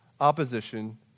opposition